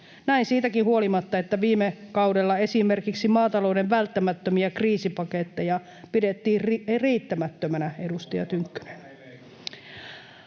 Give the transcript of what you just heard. Näin siitäkin huolimatta, että viime kaudella esimerkiksi maatalouden välttämättömiä kriisipaketteja pidettiin riittämättöminä, edustaja Tynkkynen.